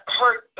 hurt